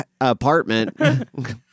apartment